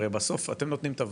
הרי בסוף אתם נותנים את הוואוצ'ר.